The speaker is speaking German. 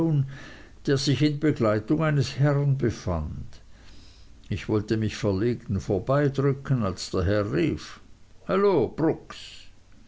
der sich in begleitung eines herrn befand ich wollte mich verlegen vorbeidrücken als der herr rief hallo brooks